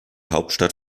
hauptstadt